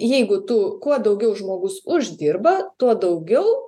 jeigu tu kuo daugiau žmogus uždirba tuo daugiau